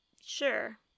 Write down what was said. Sure